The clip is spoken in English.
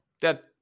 Dead